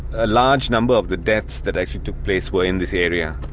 a large number of the deaths that actually took place were in this area,